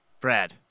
Brad